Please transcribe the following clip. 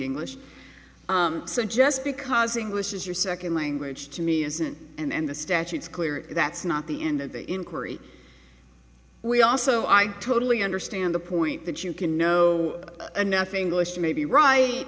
english suggest because english is your second language to me isn't and the statutes clear that's not the end of the inquiry we also i totally understand the point that you can know enough english maybe right